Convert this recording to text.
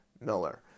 Miller